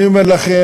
אני אומר לכם: